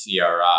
CRI